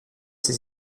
ses